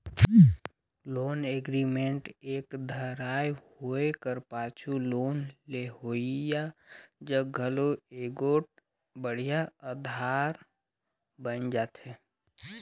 loan agreement एक धाएर होए कर पाछू लोन लेहोइया जग घलो एगोट बड़िहा अधार बइन जाथे